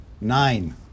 nine